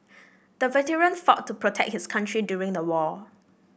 the veteran fought to protect his country during the war